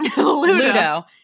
Ludo